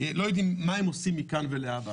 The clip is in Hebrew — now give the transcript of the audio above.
לא יודעים מה הם עושים מכאן ולהבא.